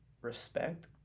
respect